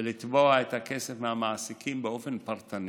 ולתבוע את הכסף מהמעסיקים באופן פרטני,